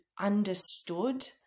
understood